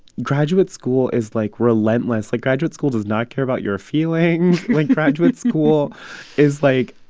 graduate school is, like, relentless. like, graduate school does not care about your feelings. like, graduate school is, like,